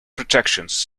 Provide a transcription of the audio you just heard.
protections